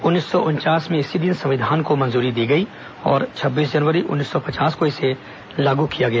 उन्नीस सौ उनचास में इसी दिन संविधान को मंजूरी दी गयी और छब्बीस जनवरी उन्नीस सौ पचास को इसे लागू किया गया